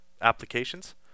applications